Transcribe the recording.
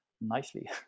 nicely